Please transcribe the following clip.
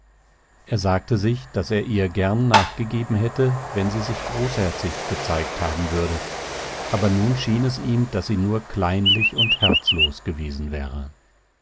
er sagte sich daß er ihr gern nachgegeben hätte wenn sie sich großherzig gezeigt haben würde aber nun schien es ihm daß sie nur kleinlich und herzlos gewesen wäre